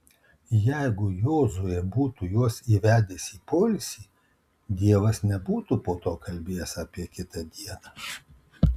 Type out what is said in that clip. jeigu jozuė būtų juos įvedęs į poilsį dievas nebūtų po to kalbėjęs apie kitą dieną